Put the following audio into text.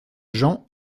gens